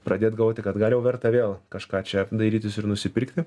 pradėt galvoti kad gal jau verta vėl kažką čia dairytis ir nusipirkti